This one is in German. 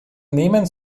nehmen